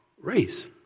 race